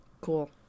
Cool